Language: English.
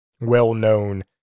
well-known